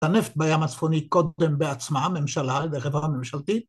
‫הנפט בים הצפוני קודם בעצמה, ‫ממשלה וחברה ממשלתית.